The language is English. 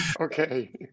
okay